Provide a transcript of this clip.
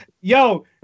Yo